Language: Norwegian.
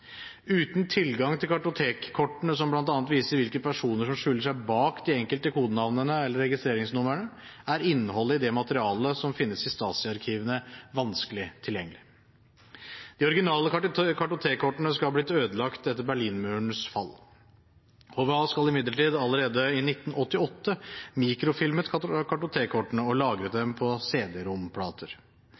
Uten tilgang til kartotekkortene, som bl.a. viser hvilke personer som skjuler seg bak de enkelte kodenavnene eller registreringsnumrene, er innholdet i materialet som finnes i Stasi-arkivene, vanskelig tilgjengelig. De originale kartotekkortene skal ha blitt ødelagt etter Berlinmurens fall. HVA skal imidlertid allerede i 1988 ha mikrofilmet kartotekkortene og lagret dem på